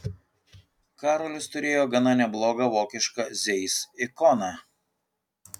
karolis turėjo gana neblogą vokišką zeiss ikoną